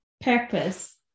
purpose